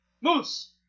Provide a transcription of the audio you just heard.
Moose